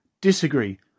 Disagree